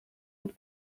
mit